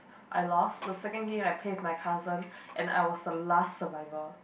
I lost the second game I play with my cousin and I was the last survivor